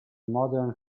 modern